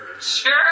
sure